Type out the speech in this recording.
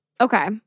Okay